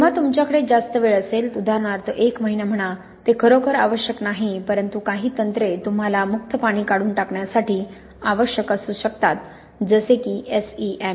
जेव्हा तुमच्याकडे जास्त वेळ असेल उदाहरणार्थ एक महिना म्हणा ते खरोखर आवश्यक नाही परंतु काही तंत्रे तुम्हाला मुक्त पाणी काढून टाकण्यासाठी आवश्यक असू शकतात जसे की SEM